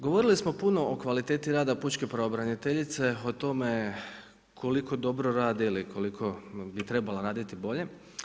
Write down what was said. Govorili smo puno o kvaliteti rada pučke pravobraniteljice, o tome koliko dobro radi ili koliko bi trebala raditi bolje.